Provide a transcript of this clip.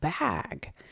bag